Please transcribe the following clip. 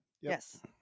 Yes